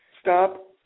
Stop